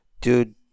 dude